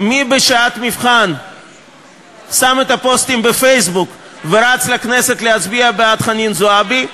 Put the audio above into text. מי בשעת מבחן שם את הפוסטים בפייסבוק ורץ לכנסת להצביע בעד חנין זועבי,